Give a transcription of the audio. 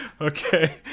Okay